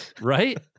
right